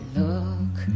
look